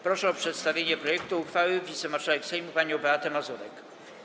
Proszę o przedstawienie projektu uchwały wicemarszałek Sejmu panią Beatę Mazurek.